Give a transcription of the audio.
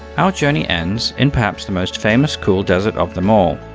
our journey ends in perhaps the most famous cool desert of them all,